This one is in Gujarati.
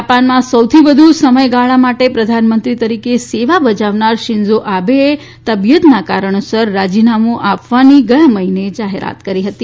જાપાનમાં સૌથી વધુ સમયગાળા માટે પ્રધાનમંત્રી તરીકે સેવા બજાવનારા શીન્જો આબેએ તબિયતના કારણોસર રાજીનામું આપવાની ગયા મહિને જાહેરાત કરી હતી